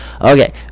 okay